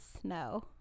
Snow